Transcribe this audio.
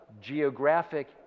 geographic